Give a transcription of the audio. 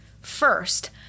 first